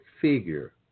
figure